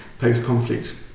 post-conflict